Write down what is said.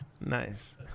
Nice